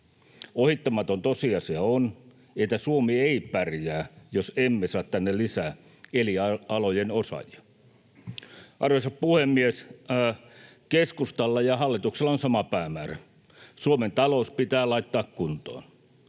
Ohittamaton tosiasia on, että Suomi ei pärjää, jos emme saa tänne lisää eri alojen osaajia. Arvoisa puhemies! Keskustalla ja hallituksella on sama päämäärä: Suomen talous pitää laittaa kuntoon.